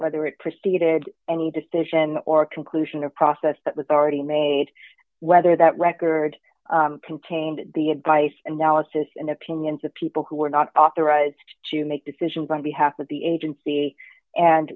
whether it preceded any decision or conclusion of process that was already made whether that record contained the advice and now it's just an opinion to people who are not authorized to make decisions on behalf of the agency and